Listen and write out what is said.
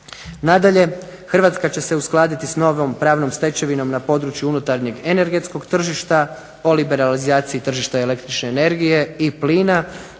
Nadalje, Hrvatska će se uskladiti sa novom pravnom stečevinom na području unutarnjeg energetskog tržišta, o liberalizaciji tržišta električne energije i plina,